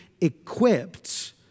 equipped